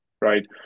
right